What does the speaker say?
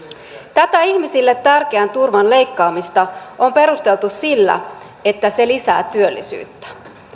tätä ihmisille tärkeän turvan leikkaamista on perusteltu sillä että se lisää työllisyyttä